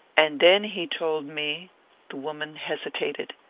and then he told me the woman hesitated.